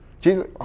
Jesus